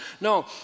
No